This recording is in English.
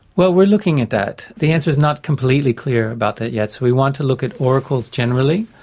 well, we're looking at that. the answer's not completely clear about that yet, so we want to look at oracles generally.